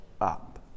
up